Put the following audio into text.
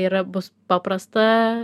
yra bus paprasta